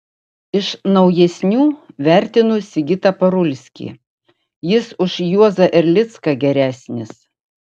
iš naujesnių vertinu sigitą parulskį jis už juozą erlicką geresnis